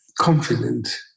confident